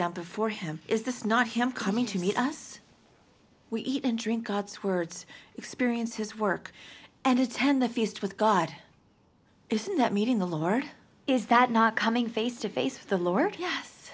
stand before him is this not him coming to meet us we eat and drink god's words experience his work and attend the feast with god isn't that meeting the lord is that not coming face to face with the lord yes